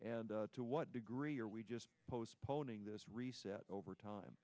and to what degree are we just postponing this reset over time